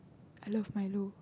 I love Milo